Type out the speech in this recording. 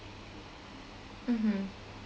(uh huh)